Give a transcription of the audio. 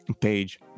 page